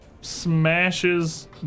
Smashes